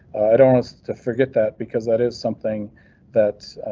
i don't want to forget that because that is something that